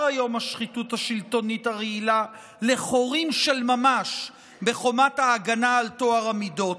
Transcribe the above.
היום השחיתות השלטונית הרעילה לחורים של ממש בחומת ההגנה על טוהר המידות.